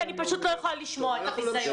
אפשר להגיד את זה עוד 30 פעם,